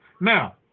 Now